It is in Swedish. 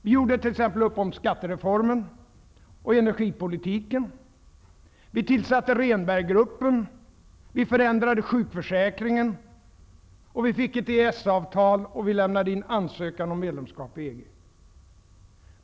Vi gjorde t.ex. upp om skattereformen och energipolitiken. Vi tillsatte Rehnberggruppen, vi förändrade sjukförsäkringen, vi fick ett EES-avtal och vi lämnade in ansökan om medlemskap i EG.